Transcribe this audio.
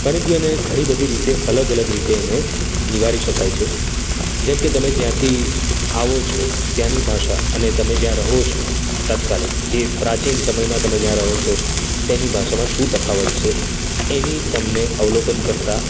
પરંતુ એને ઘણી બધી રીતે અલગ અલગ રીતે એને નિવારી શકાય છે જેમ કે તમે જ્યાંથી આવો છો ત્યાંની ભાષા અને તમે જ્યાં રહો છો તાત્કાલિક જે પ્રાચીન સમયમાં તમે જ્યાં રહો છો તેની ભાષામાં શું તફાવત છે એની તમને અવલોકન કરતાં